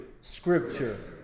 Scripture